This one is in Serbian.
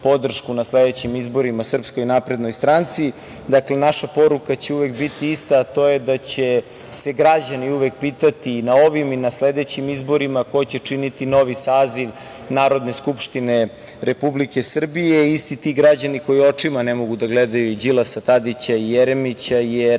na sledećim izborima SNS.Dakle, naša poruka će uvek biti ista, a to je da će se građani uvek pitati i na ovim i na sledećim izborima ko će činiti novi saziv Narodne skupštine Republike Srbije i isti ti građani koji očima ne mogu da gledaju Đilasa, Tadića i Jeremića, jer